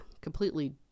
completely